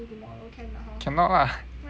cannot lah